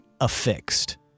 affixed